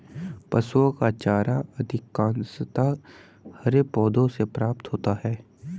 पशुओं का चारा अधिकांशतः हरे पौधों से प्राप्त होता है